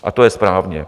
A to je správně.